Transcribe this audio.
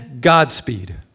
Godspeed